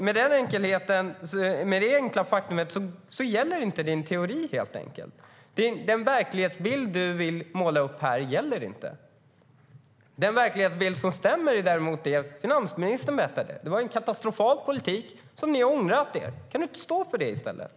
Med detta enkla faktum gäller inte din teori, helt enkelt. Den verklighetsbild som du vill måla upp gäller inte. Den verklighetsbild som stämmer är däremot vad finansministern berättade. Det var en katastrofal politik, och ni har ångrat er. Kan du inte stå för det i stället?